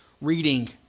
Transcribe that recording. reading